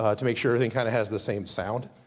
ah to make sure everything kind of has the same sound.